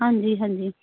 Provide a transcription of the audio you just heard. ਹਾਂਜੀ ਹਾਂਜੀ